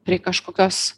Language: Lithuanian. prie kažkokios